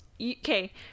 okay